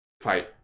Fight